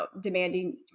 demanding